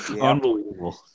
Unbelievable